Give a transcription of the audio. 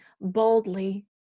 boldly